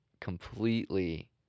completely